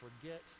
forget